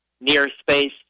near-space